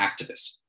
activists